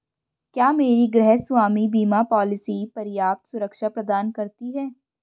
क्या मेरी गृहस्वामी बीमा पॉलिसी पर्याप्त सुरक्षा प्रदान करती है?